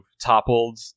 toppled